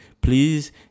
Please